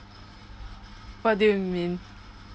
what do you mean